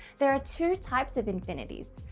there are two types of infinities,